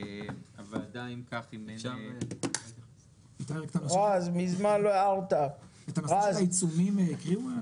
את הנושא של העיצומים הקריאו?